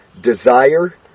desire